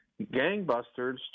gangbusters